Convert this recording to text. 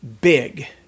big